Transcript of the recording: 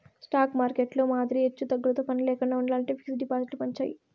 stock మార్కెట్టులో మాదిరి ఎచ్చుతగ్గులతో పనిలేకండా ఉండాలంటే ఫిక్స్డ్ డిపాజిట్లు మంచియి